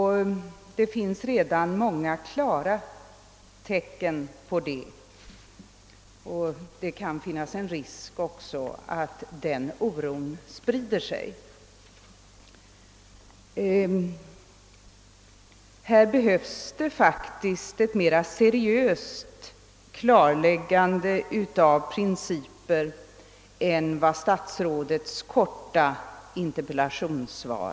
Det finns redan många tydliga tecken härpå, och det kan också finnas risk för att oron sprider sig. Här behövs det faktiskt ett mera seriöst klar läggande av principerna än statsrådets korta interpellationssvar.